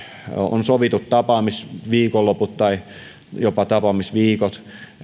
on isän ja äidin välillä sovitut tapaamisviikonloput tai jopa tapaamisviikot